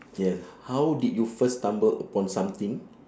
yeah how did you first stumble upon something